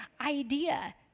idea